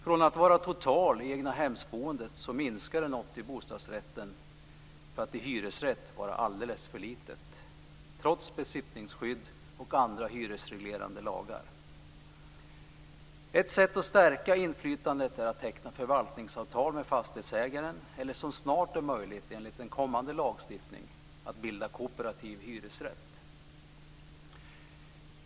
Från att vara totalt i egnahemsboendet minskar det något i bostadsrätt för att - trots besittningsskydd och andra hyresreglerande lagar - vara alldeles för litet i hyresrätt. Ett sätt att stärka inflytandet är att teckna förvaltningsavtal med fastighetsägaren eller, vilket snart är möjligt enligt en kommande lagstiftning, att bilda kooperativ hyresrätt.